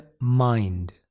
mind